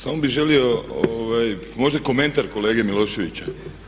Samo bi želio možda komentar kolegi Miloševiću.